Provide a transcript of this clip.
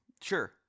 Sure